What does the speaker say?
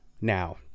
Now